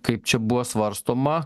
kaip čia buvo svarstoma